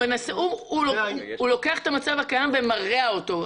הוא לוקח את המצב הקיים ומרע אותו.